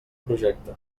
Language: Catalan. projecte